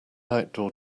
outdoor